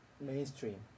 mainstream